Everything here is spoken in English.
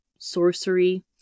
sorcery